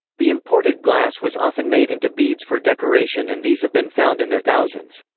the imported glass was often made into beads for decoration and these have been found in their thousands.